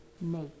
make